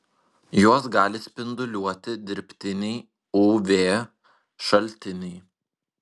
juos gali spinduliuoti dirbtiniai uv šaltiniai